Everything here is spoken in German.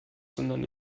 sondern